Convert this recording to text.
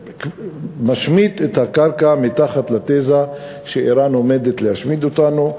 שמשמיט את הקרקע מתחת לתזה שאיראן עומדת להשמיד אותנו,